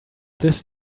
this